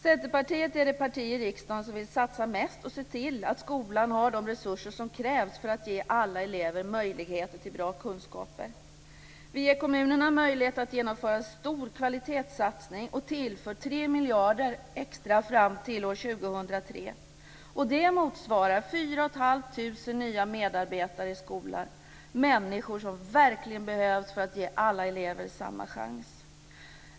Centerpartiet är det parti i riksdagen som vill satsa mest på skolan och se till att man har de resurser som krävs för att ge alla elever möjligheter till bra kunskaper. Vi ger kommunerna möjligheter att genomföra en stor kvalitetssatsning och tillför 3 miljarder extra fram till år 2003. Det motsvarar 4 500 nya medarbetare i skolan - människor som verkligen behövs för att ge alla elever samma chans.